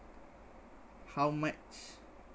how much